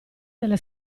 delle